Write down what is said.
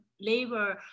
labor